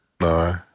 no